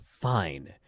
fine